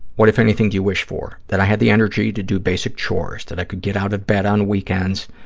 what, if anything, do you wish for? that i had the energy to do basic chores, that i could get out of bed on weekends,